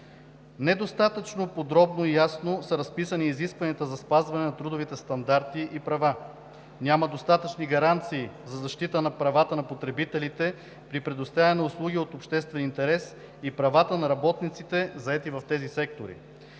Недостатъчно подробно и ясно са разписани изискванията за спазване на трудовите стандарти и права. Няма достатъчни гаранции за защита на правата на потребителите при предоставяне на услуги от обществен интерес и правата на работниците, заети в тези сектори.